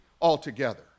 altogether